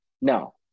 No